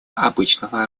обычного